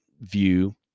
view